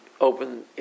open